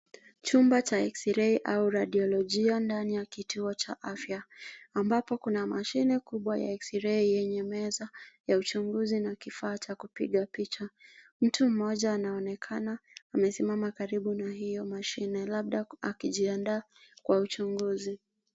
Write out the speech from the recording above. Chumba cha Xray au radiolojia, ndani ya kituo cha afya, ambapo kuna mashine kubwa ya Xray yenye meza ya uchunguzi na kifaa cha kupiga picha. Mtu mmoja anaonekana amesimama karibu na hiyo mashine, labda akijiandaa kwa uchunguzi.